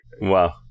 Wow